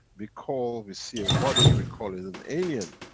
we call, we see a body, we call it an alien.